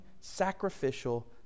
sacrificial